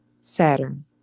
Saturn